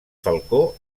falcó